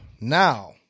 now